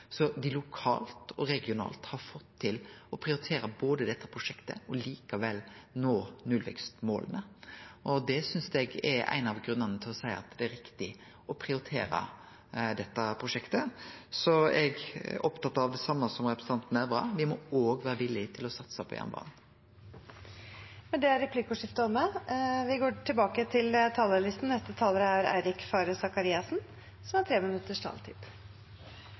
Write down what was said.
lokalt og regionalt har dei fått til både å prioritere dette prosjektet og likevel nå nullvekstmåla. Det er ein av grunnane til å seie at det er riktig å prioritere dette prosjektet. Så eg er opptatt av det same som representanten Nævra: Vi må òg vere villige til å satse på jernbanen. Replikkordskiftet er omme. De talere som heretter får ordet, har også en taletid på inntil 3 minutter. Til